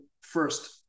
first